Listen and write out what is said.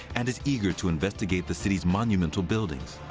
and is eager to investigate the city's monumental buildings.